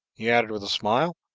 he added, with a smile,